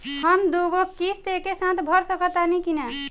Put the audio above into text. हम दु गो किश्त एके साथ भर सकत बानी की ना?